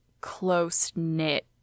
close-knit